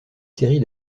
série